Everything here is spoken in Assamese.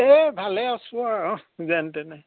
এই ভালে আছোঁ আৰু যেন তেনে